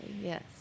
yes